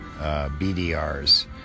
BDRs